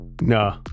No